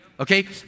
Okay